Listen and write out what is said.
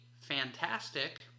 fantastic